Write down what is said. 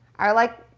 i like,